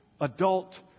adult